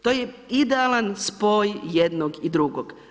To je idealan spoj jednog i drugog.